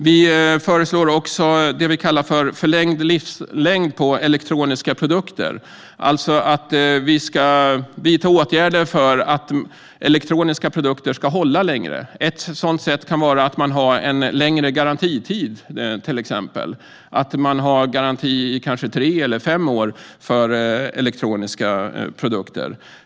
Vi föreslår också det vi kallar för förlängd livslängd på elektroniska produkter, alltså att vi ska vidta åtgärder för att elektroniska produkter ska hålla längre. Ett sådant sätt kan exempelvis vara en längre garantitid, kanske tre eller fem år för elektroniska produkter.